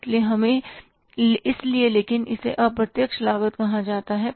इसलिए लेकिन इसे अप्रत्यक्ष लागत कहा जाता है